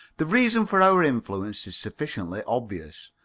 the reason for our influence is sufficiently obvious.